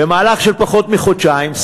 במהלך של פחות מחודשיים,